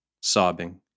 Sobbing